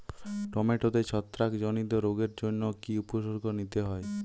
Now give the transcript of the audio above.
টমেটোতে ছত্রাক জনিত রোগের জন্য কি উপসর্গ নিতে হয়?